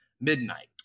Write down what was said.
midnight